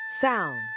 sound